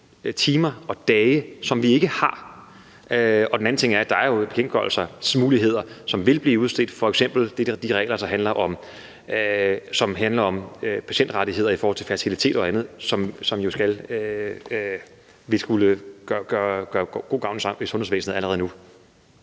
timer og dage, som vi ikke har. Den anden ting er jo, at der er bekendtgørelsesmuligheder, som vil blive udstedt, f.eks. de regler, som handler om patientrettigheder i forhold til fertilitet og andet, som vil skulle gøre god gavn i sundhedsvæsenet allerede nu.